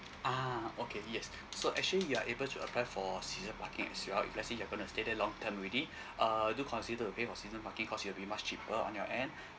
ah okay yes so actually you are able to apply for season parking as well if let's say you're going to stay there long term already uh do consider to pay for season parking cause it'll be much cheaper on your end